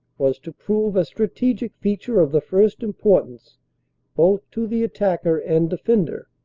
was to prove a strategic feature of the first importance both to the attacker and defender,